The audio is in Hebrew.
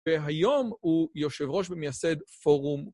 והיום הוא יושב ראש ומייסד פורום